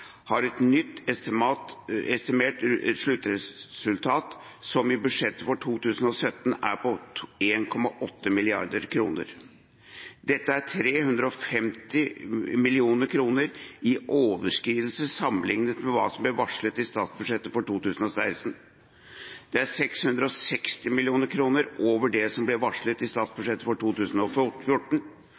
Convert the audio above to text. har et nytt, estimert sluttresultat som i budsjettet for 2017 er på 1,8 mrd. kroner. Dette er 350 mill. kroner i overskridelse sammenlignet med hva som ble varslet i statsbudsjettet for 2016, 660 mill. kroner over det som ble varslet i statsbudsjettet for